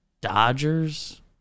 Dodgers